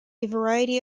variety